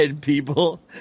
people